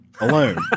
alone